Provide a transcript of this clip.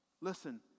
Listen